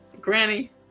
Granny